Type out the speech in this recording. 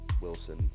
Wilson